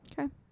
Okay